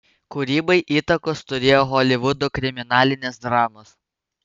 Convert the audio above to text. kūrybai įtakos turėjo holivudo kriminalinės dramos